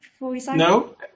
no